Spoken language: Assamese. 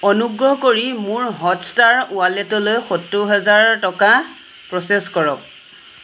অনুগ্ৰহ কৰি মোৰ হটষ্টাৰ ৱালেটলৈ সত্তৰ হাজাৰ টকা প্ৰচেছ কৰক